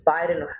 Biden